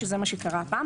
וזה מה שקרה הפעם,